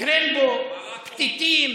קרמבו, פתיתים.